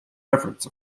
reverence